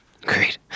Great